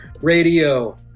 Radio